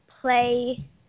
play